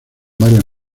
varias